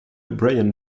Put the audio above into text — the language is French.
brian